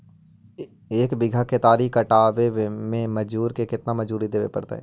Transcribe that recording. एक बिघा केतारी कटबाबे में मजुर के केतना मजुरि देबे पड़तै?